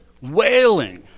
wailing